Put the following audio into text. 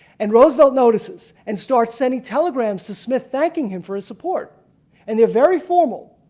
and roosevelt notices and starts sending telegrams to smith thanking him for his support and they are very formal.